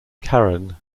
karen